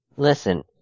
Listen